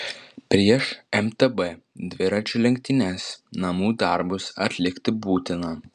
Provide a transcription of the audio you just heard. prieš mtb dviračių lenktynes namų darbus atlikti būtina